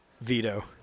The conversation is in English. Veto